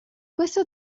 questo